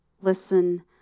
listen